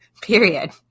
Period